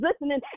listening